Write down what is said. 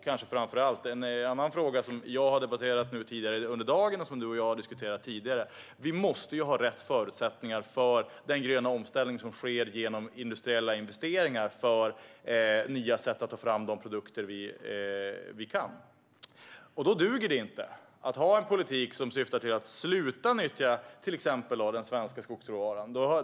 En annan sak som jag har fått reda på under dagen, och som du och jag har diskuterat tidigare, är att vi måste ha rätt förutsättningar för den gröna omställning som sker genom industriella investeringar för nya sätt att ta fram de produkter vi kan. Då duger det inte att ha en politik som syftar till att sluta nyttja till exempel den svenska skogsråvaran.